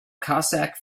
cossack